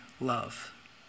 love